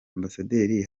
ambasaderi